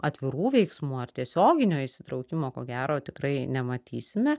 atvirų veiksmų ar tiesioginio įsitraukimo ko gero tikrai nematysime